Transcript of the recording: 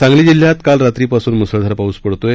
सांगली जिल्ह्यात काल रात्रीपासून मुसळधार पाऊस स्रू आहे